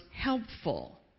helpful